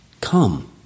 Come